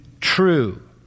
true